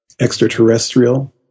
Extraterrestrial